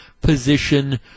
position